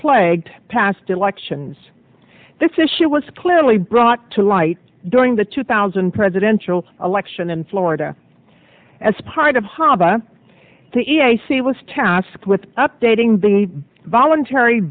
plagued past elections this issue was clearly brought to light during the two thousand presidential election in florida as part of hava the a c was tasked with updating the voluntary